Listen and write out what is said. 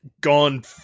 gone-